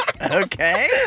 Okay